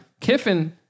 Kiffin